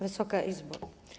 Wysoka Izbo!